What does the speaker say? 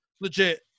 legit